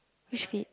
which feet